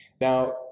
Now